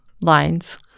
lines